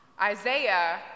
Isaiah